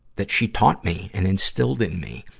that she taught me and instilled in me.